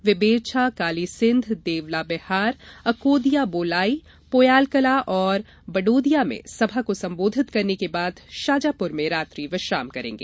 वे बेरछा कालीसिंध देवला बिहार अकोदिया बोलाई पोयालकलां और बडोदिया में सभा को संबोधित करने के बाद शाजापुर में रात्रि विश्राम करेगें